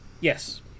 Yes